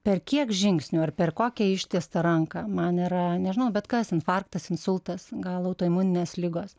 per kiek žingsnių ar per kokią ištiestą ranką man yra nežinau bet kas infarktas insultas gal autoimuninės ligos